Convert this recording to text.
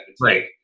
Right